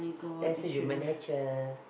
that's human nature